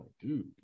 dude